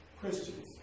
Christians